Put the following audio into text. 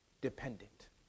dependent